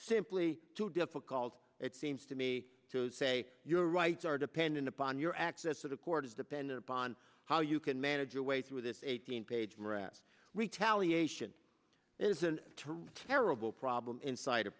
simply too difficult it seems to me to say your rights are dependent upon your access to the court is dependent upon how you can manage your way through this eighteen page morass retaliation is an term terrible problem inside